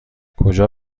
کجا